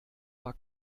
war